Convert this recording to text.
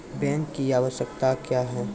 Bank की आवश्यकता क्या हैं?